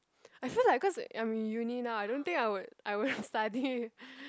I feel like cause I'm in uni now I don't think I would I would've study